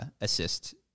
assist